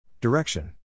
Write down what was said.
Direction